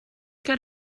got